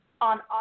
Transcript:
on